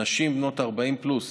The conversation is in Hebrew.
נשים בנות 40 פלוס